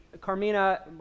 Carmina